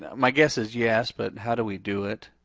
my guess is yes, but how do we do it?